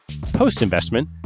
Post-investment